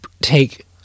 take